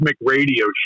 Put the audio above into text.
radio